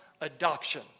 Adoption